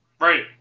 Right